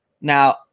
Now